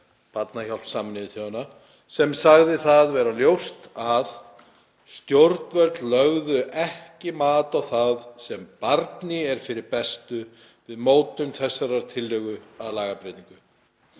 Barnahjálp Sameinuðu þjóðanna — „sem sagði það vera ljóst að „stjórnvöld lögðu ekki mat á það sem barni er fyrir bestu við mótun þessarar tillögu að lagabreytingu“,